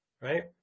right